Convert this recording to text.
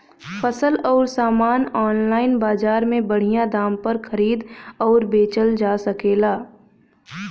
फसल अउर सामान आनलाइन बजार में बढ़िया दाम पर खरीद अउर बेचल जा सकेला